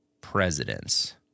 presidents